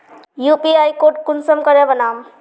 UPI code कुंसम करे बनाम?